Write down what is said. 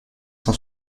cent